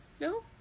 No